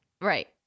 Right